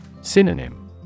Synonym